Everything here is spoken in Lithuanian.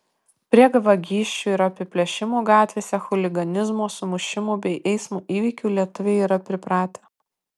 prie vagysčių ir apiplėšimų gatvėse chuliganizmo sumušimų bei eismo įvykių lietuviai yra pripratę